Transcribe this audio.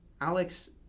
Alex